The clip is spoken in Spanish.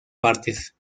partes